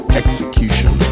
execution